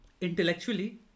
intellectually